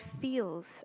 feels